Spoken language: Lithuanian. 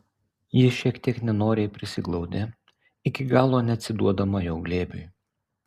ji šiek tiek nenoriai prisiglaudė iki galo neatsiduodama jo glėbiui